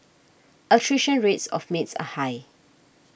attrition rates of maids are high